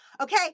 Okay